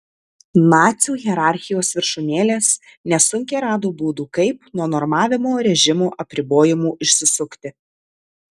nacių hierarchijos viršūnėlės nesunkiai rado būdų kaip nuo normavimo režimo apribojimų išsisukti